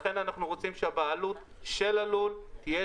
לכן אנחנו רוצים שהבעלות של הלול תהיה